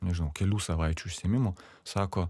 nežinau kelių savaičių užsiėmimų sako